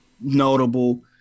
Notable